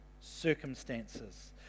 circumstances